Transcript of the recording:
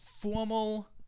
formal